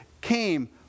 came